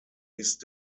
ist